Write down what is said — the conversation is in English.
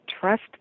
trust